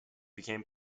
became